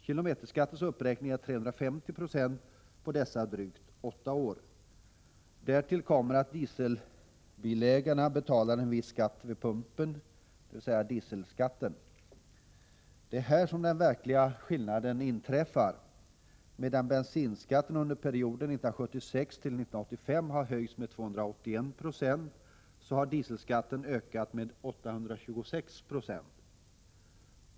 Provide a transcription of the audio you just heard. Kilometerskattens uppräkning är 350 920 på dessa drygt åtta år. Därtill kommer att dieselbilägarna betalar en viss skatt ”vid pumpen”, dvs. dieselskatten. Det är här som den verkliga skillnaden inträffar. Medan bensinskatten under perioden 1976-1985 har höjts med 281 70 så har dieselskatten ökat med 826 70.